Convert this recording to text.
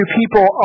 people